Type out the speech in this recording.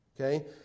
Okay